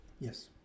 Yes